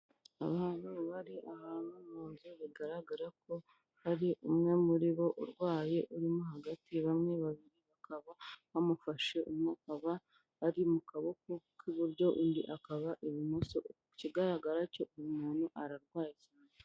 Abantu bari ahantu mu nzu bigaragara ko hari umwe muri bo urwaye urimo hagati, bamwe babiri bakaba bamufashe, umwe akaba ari mu kaboko k'iburyo undi akaba ibumoso, ikigaragara cyo uyu muntu ararwaye cyane.